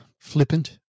flippant